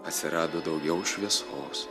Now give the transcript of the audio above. atsirado daugiau šviesos